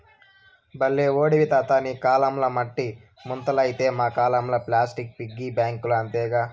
బల్లే ఓడివి తాతా నీ కాలంల మట్టి ముంతలైతే మా కాలంల ప్లాస్టిక్ పిగ్గీ బాంకీలు అంతేగా